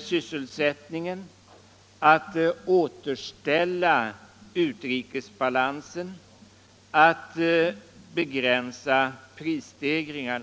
sysselsättningen, att återställa utrikesbalansen, att begränsa prisstegringar.